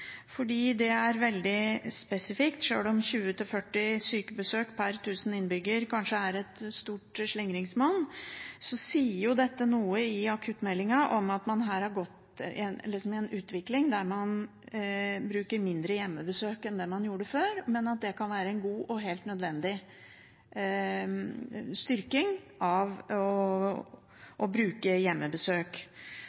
fordi det er veldig spesifikt. Sjøl om 20–40 sykebesøk per 1 000 innbygger kanskje er et stort slingringsmonn, sies det noe – i utredningen – om en utvikling der man bruker mindre hjemmebesøk enn man gjorde før, men at det kan være en god og helt nødvendig styrking å